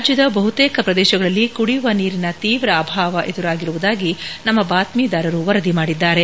ರಾಜ್ಯದ ಬಹುತೇಕ ಪ್ರದೇಶಗಳಲ್ಲಿ ಕುಡಿಯುವ ನೀರಿನ ತೀವ್ರ ಅಭಾವ ಎದುರಾಗಿರುವುದಾಗಿ ನಮ್ಮ ಬಾತ್ಮೀದಾರರು ವರದಿ ಮಾಡಿದ್ದಾರೆ